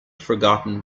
forgotten